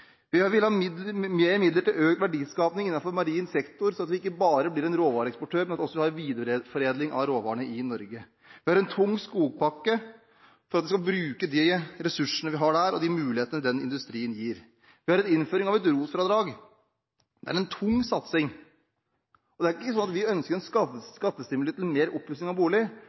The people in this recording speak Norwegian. mer midler til økt verdiskaping innenfor marin sektor, sånn at vi ikke bare blir en råvareeksportør, men at vi også har videreforedling av råvarene i Norge. Vi har en tung skogpakke sånn at vi skal bruke de ressursene vi har der, og de mulighetene den industrien gir. Vi vil innføre et ROT-fradrag. Det er en tung satsing. Det er ikke sånn at vi ønsker en skattestimuli til mer oppussing av bolig,